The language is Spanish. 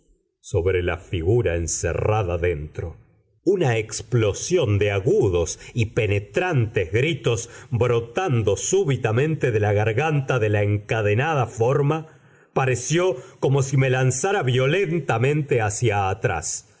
sobre la figura encerrada dentro una explosión de agudos y penetrantes gritos brotando súbitamente de la garganta de la encadenada forma pareció como si me lanzara violentamente hacia atrás